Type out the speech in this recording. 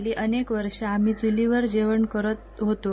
गेली अनेक वर्ष आम्ही चूलीवर जेवण करत होतो